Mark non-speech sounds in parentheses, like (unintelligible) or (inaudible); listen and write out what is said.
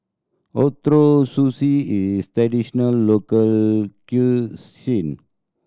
Ootoro Sushi is traditional local (unintelligible)